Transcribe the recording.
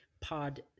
Pod